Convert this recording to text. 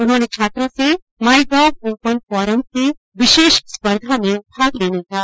उन्होंने छात्रों से माईगॉव ओपन फोरम की विशेष स्पर्धा में भाग लेने का आग्रह किया